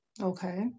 Okay